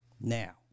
now